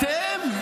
אתם?